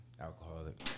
alcoholic